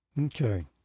Okay